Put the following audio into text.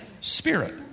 spirit